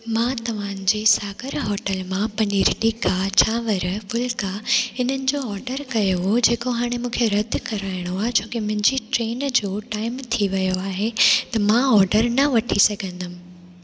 मां तव्हांजे सागर होटल मां पनीर टिका चांवरु फुल्का इन्हनि जो ऑडर कयो हुओ जेको हाणे मूंखे रद्द कराइणो आहे छो की मुंहिंजी ट्रेन जो टाइम थी वियो आहे त मां ऑडर न वठी सघंदमि